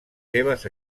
seves